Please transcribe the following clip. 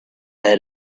heard